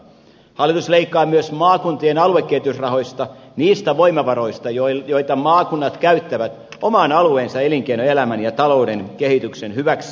hallitus leikkaa myös maakuntien aluekehitysrahoista niistä voimavaroista joita maakunnat käyttävät oman alueensa elinkeinoelämän ja talouden kehityksen hyväksi